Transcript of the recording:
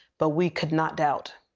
but we could not doubt.